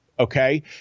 Okay